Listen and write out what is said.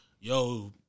Yo